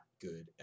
good